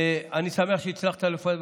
ואני שמח שהצלחת לפעול.